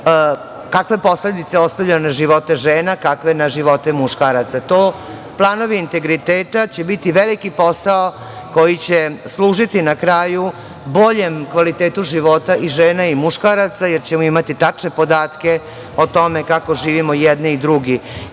kakve posledice ostavlja na živote žena, kakve na živote muškaraca. Planovi integriteta će biti veliki posao koji će služiti na kraju boljem kvalitetu života i žena i muškaraca jer ćemo imati tačne podatke o tome kako živimo i jedni i drugi. Još